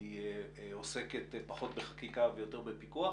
היא עוסקת פחות בחקיקה ויותר בפיקוח